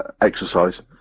exercise